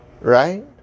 Right